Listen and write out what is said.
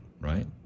right